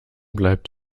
bleibt